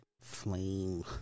flame